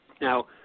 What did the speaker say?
Now